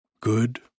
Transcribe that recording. good